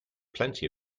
plenty